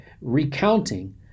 recounting